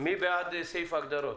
מי בעד סעיף ההגדרות?